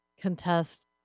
contest